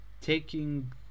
taking